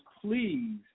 please